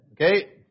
Okay